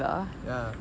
ya